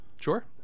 Sure